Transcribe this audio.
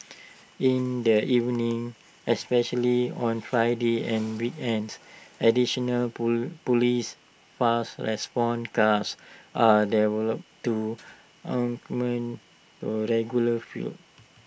in their evenings especially on Fridays and weekends additional Police fast response cars are deployed to augment the regular